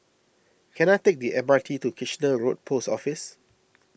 can I take the M R T to Kitchener Road Post Office